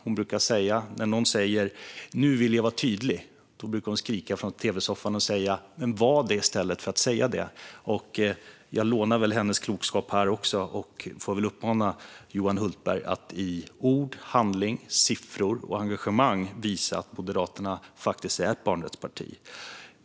När någon säger att han eller hon vill vara tydlig, brukar hon skrika från tv-soffan: Men var det i stället för att säga det! Jag lånar hennes klokskap här och får uppmana Johan Hultberg att i ord, handling, siffror och engagemang visa att Moderaterna faktiskt är ett barnrättsparti.